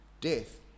Death